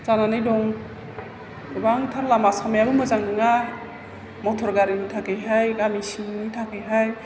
जानानै दं गोबांथार लामा सामायाबो मोजां नङा मटर गारिनि थाखाय हाय गामि सिंनि थाखायहाय